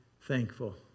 thankful